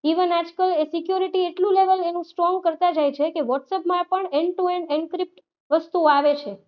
even આજકલ security એટલું level એનું સ્ટ્રોંગ કરતાં જાય છે કે વોટ્સએપમાં પણ એન્ડ ટુ એન્ડ એંક્રીપ્ટ વસ્તુ આવે છે